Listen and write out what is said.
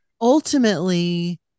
Ultimately